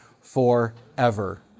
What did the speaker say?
forever